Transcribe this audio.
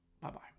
Bye-bye